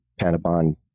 Panabon